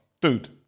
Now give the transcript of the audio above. dude